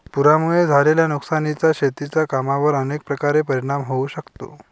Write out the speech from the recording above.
पुरामुळे झालेल्या नुकसानीचा शेतीच्या कामांवर अनेक प्रकारे परिणाम होऊ शकतो